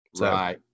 Right